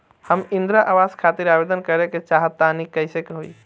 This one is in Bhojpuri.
हम इंद्रा आवास खातिर आवेदन करे क चाहऽ तनि कइसे होई?